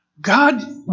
God